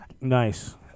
Nice